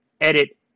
edit